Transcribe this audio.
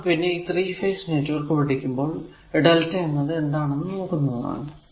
നാം ഈ 3 phase network പഠിക്കുമ്പോൾ ഈ lrmΔ എന്നത് എന്താണെന്നു നോക്കുന്നതാണ്